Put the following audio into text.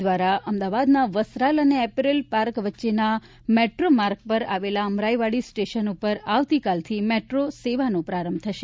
દ્વારા અમદાવાદના વસ્ત્રાલ અને એપરલ પાર્ક વચ્ચેના મેટ્રો માર્ગ પર આવેલા અમરાઈવાડી સ્ટેશન ઉપર આવતીકાલથી મેટ્રો સેવાનો પ્રારંભ થશે